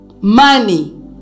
Money